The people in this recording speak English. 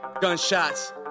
gunshots